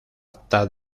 acta